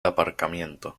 aparcamiento